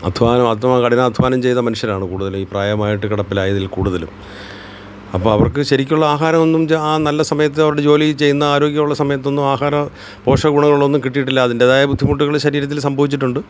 അധ്വാനം അധ്വാന കഠിനാധ്വാനം ചെയ്ത മനുഷ്യരാണ് കൂടുതൽ ഈ പ്രായമായിട്ട് കിടപ്പിലായതിൽ കൂടുതലും അപ്പോൾ അവർക്ക് ശരിക്കുള്ള ആഹാരമൊന്നും ആ നല്ല സമയത്ത് അവിടെ ജോലി ചെയ്യുന്ന ആരോഗ്യമുള്ള സമയത്തൊന്നും ആഹാരമോ പോഷകഗുണങ്ങളൊന്നു കിട്ടിയിട്ടില്ല അതിൻറേതായ ബുദ്ധിമുട്ടുകൾ ശരീരത്തിൽ സംഭവിച്ചിട്ടുണ്ട്